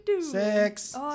Six